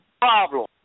problem